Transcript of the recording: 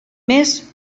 més